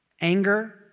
anger